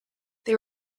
they